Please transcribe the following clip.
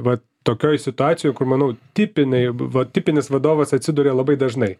vat tokioj situacijoj kur manau tipinėj vat tipinis vadovas atsiduria labai dažnai